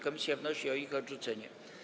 Komisja wnosi o ich odrzucenie.